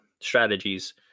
strategies